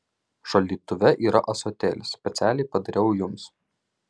šaldytuve yra ąsotėlis specialiai padariau jums